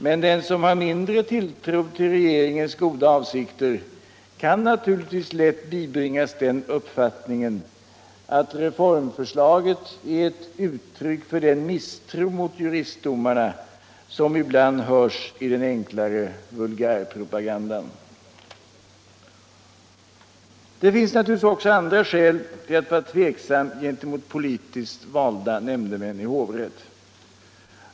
Men den som har mindre tilltro till regeringens goda avsikter kan naturligtvis lätt bibringas den uppfattningen att reformförslaget är ett uttryck för den misstro mot juristdomarna som ibland hörs i den enklare vulgärpropagandan. Det finns naturligtvis också andra skäl till att vara tveksam gentemot politiskt valda nämndemän i hovrätt.